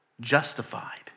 justified